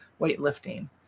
weightlifting